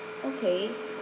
okay